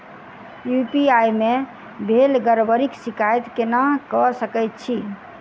UPI मे भेल गड़बड़ीक शिकायत केना कऽ सकैत छी?